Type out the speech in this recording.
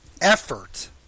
effort